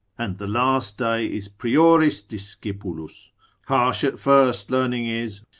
and the last day is prioris discipulus harsh at first learning is,